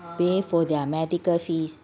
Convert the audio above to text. pay for their medical fees